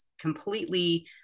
completely